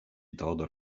theodor